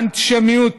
האנטישמיות